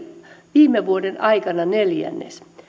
viime vuoden aikana neljännes